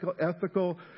ethical